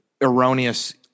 erroneous